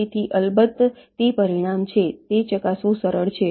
તેથી અલબત્ત તે પરિણામ છે તે ચકાસવું સરળ છે